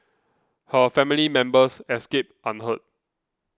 her family members escaped unhurt